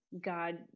God